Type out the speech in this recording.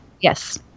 Yes